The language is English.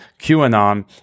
QAnon